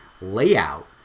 layout